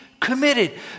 Committed